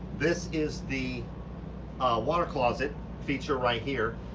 this is the water closet feature right here.